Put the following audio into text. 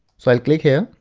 so i'll click here.